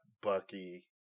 Bucky